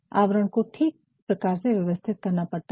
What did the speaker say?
आवरण को ठीक प्रकार से व्यवस्थित करना पड़ता है